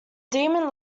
demon